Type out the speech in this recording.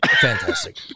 Fantastic